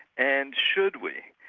and should we?